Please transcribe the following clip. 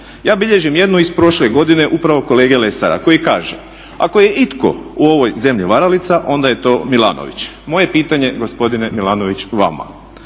Ja bilježim jednu iz prošle godine upravo kolege Lesara koji kaže: Ako je itko u ovoj zemlji varalica onda je to Milanović. Moje pitanje gospodine Milanović vama.